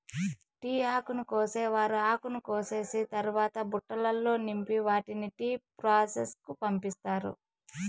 tea ఆకును కోసేవారు ఆకును కోసిన తరవాత బుట్టలల్లో నింపి వాటిని టీ ప్రాసెస్ కు పంపిత్తారు